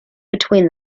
between